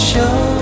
Show